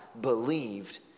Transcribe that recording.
believed